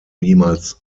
niemals